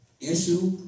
issue